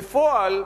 בפועל,